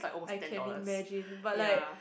I can imagine but like